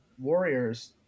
warriors